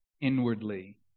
inwardly